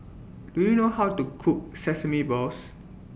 Do YOU know How to Cook Sesame Balls